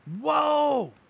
whoa